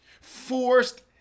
Forced